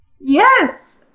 Yes